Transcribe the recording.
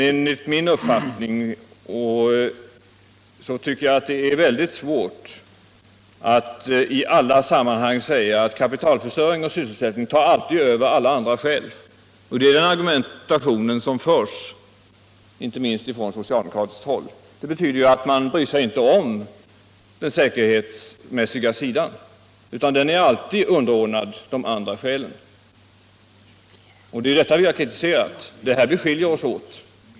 Enligt min uppfattning är det väldigt svårt att påstå att kapitalförstöring och sysselsättningsproblem i alla sammanhang skall ta över alla andra skäl. Men det är den argumentation som förs inte minst från socialdemokratiskt håll. Det betyder att man inte bryr sig om den säkerhetsmässiga sidan vid en jämförelse. Den är alltid underordnad de andra aspekterna. Det är detta vi har kritiserat, och det är bl.a. där vi skiljer oss åt.